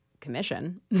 commission